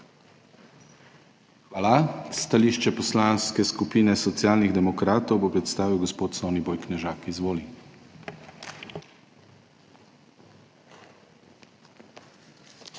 stališč. Stališče Poslanske skupine Socialnih demokratov bo predstavil gospod Soniboj Knežak. Izvoli.